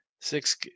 six